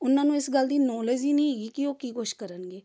ਉਹਨਾਂ ਨੂੰ ਇਸ ਗੱਲ ਦੀ ਨੌਲੇਜ ਹੀ ਨਹੀਂ ਹੈਗੀ ਕਿ ਉਹ ਕੀ ਕੁਛ ਕਰਨਗੇ